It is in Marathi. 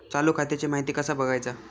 चालू खात्याची माहिती कसा बगायचा?